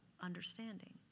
understanding